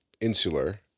insular